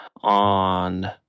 on